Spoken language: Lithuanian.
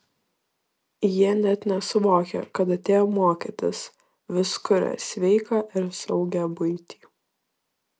jie net nesuvokia kad atėjo mokytis vis kuria sveiką ir saugią buitį